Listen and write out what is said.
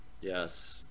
Yes